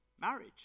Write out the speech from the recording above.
marriage